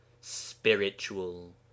spiritual